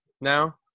now